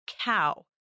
cow